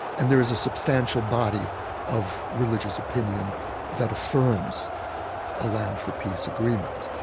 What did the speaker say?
and there is a substantial body of religious opinion that affirms a land for peace agreement.